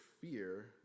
fear